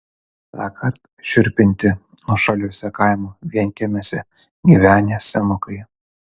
tąkart šiurpinti nuošaliuose kaimo vienkiemiuose gyvenę senukai